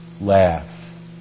laugh